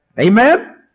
Amen